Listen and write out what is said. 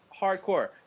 hardcore